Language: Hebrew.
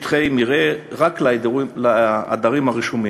שטחי מרעה רק לעדרים הרשומים.